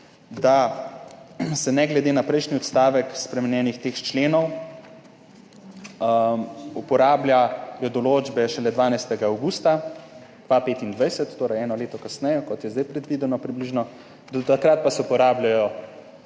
da se ne glede na prejšnji odstavek teh spremenjenih členov uporabljajo določbe šele 12. avgusta 2025, torej eno leto kasneje, kot je zdaj predvideno, približno, do takrat pa se uporabljajo